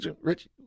rich